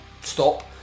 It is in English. stop